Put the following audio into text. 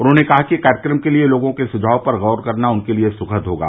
उन्होंने कहा कि कार्यक्रम के लिए लोगों के सुझाव पर गौर करना उनके लिए सुखद होगा